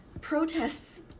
protests